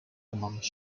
among